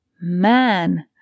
man